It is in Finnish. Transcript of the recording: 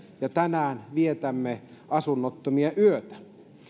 ja tänään vietämme asunnottomien yötä